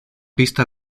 pista